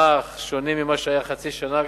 אך שונים ממה שהיה חצי שנה.